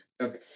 Okay